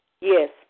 Yes